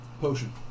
potion